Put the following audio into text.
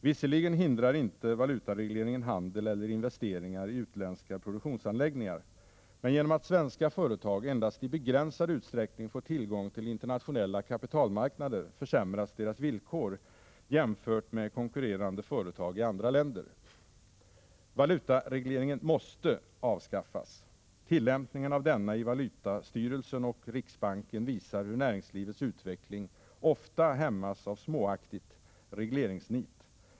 Visserligen hindrar inte valutaregleringen handel eller investeringar i utländska produktionsanläggningar, men genom att svenska företag endast i begränsad utsträckning får tillgång till internationella kapitalmarknader försämras deras villkor jämfört med konkurrerande företag i andra länder. Valutaregleringen måste avskaffas. Tillämpningen av denna i valutastyrelsen och riksbanken visar hur näringslivets utveckling ofta hämmas av småaktigt regleringsnit.